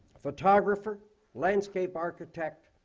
photographer landscape architect,